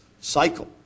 cycle